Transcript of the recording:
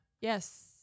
Yes